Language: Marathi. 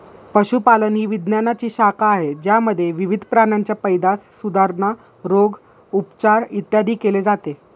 पशुपालन ही विज्ञानाची शाखा आहे ज्यामध्ये विविध प्राण्यांची पैदास, सुधारणा, रोग, उपचार, इत्यादी केले जाते